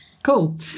cool